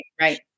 right